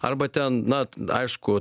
arba ten na aišku